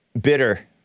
bitter